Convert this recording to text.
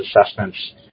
assessments